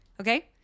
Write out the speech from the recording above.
Okay